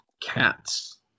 cats